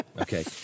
Okay